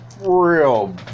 real